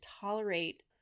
tolerate